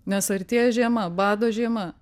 nes artėja žiema bado žiema